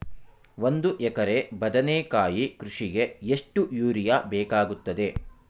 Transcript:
ಒಂದು ಎಕರೆ ಬದನೆಕಾಯಿ ಕೃಷಿಗೆ ಎಷ್ಟು ಯೂರಿಯಾ ಬೇಕಾಗುತ್ತದೆ?